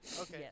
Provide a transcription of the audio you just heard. Okay